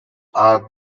are